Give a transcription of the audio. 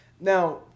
Now